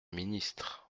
ministre